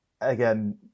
again